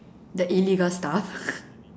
the illegal stuff